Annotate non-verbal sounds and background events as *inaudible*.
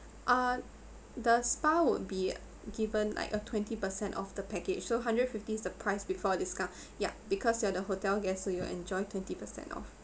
ah the spa would be given like a twenty percent of the package so hundred and fifty is the price before discount *breath* ya because you are the hotel guests so you will enjoy twenty percent off